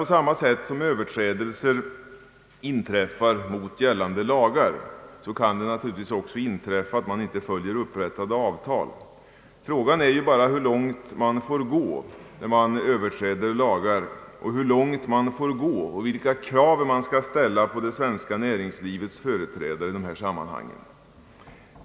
På samma sätt som överträdelser görs mot gällande lagar kan det naturligtvis också inträffa att man inte följer upprättade avtal. Frågan är bara hur långt man får gå när man Ööverträder lagar och vilka krav man skall ställa på det svenska näringslivets företrädare i dessa sammanhang.